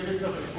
תקצב את הרפורמה.